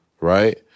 right